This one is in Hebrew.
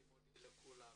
אני מודה לכל המשתתפים,